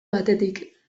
batetik